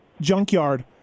Junkyard